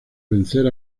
vencer